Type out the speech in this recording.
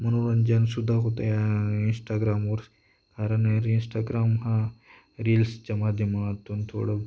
मनोरंजनसुद्धा होतं इंस्टाग्रामवर कारण इंस्टाग्राम हा रील्सच्या माध्यमातून थोडं